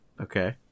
Okay